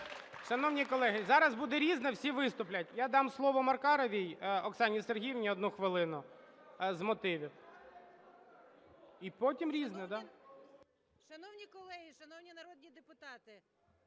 Шановні колеги, зараз буде "Різне", всі виступлять. Я дам слово Маркаровій Оксані Сергіївні 1 хвилину з мотивів. І потім "Різне", да.